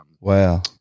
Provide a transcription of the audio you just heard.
wow